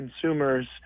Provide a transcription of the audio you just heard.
consumers